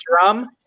drum